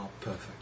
perfect